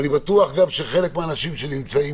ואני בטוח גם של חלק מהאנשים כאן